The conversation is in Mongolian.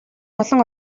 олон